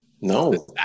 No